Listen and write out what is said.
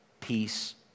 Peace